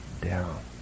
down